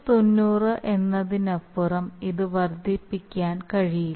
90 എന്നതിനപ്പുറം ഇത് വർദ്ധിപ്പിക്കാൻ കഴിയില്ല